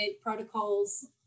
protocols